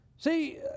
See